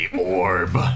orb